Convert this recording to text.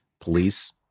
police